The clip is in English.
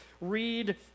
read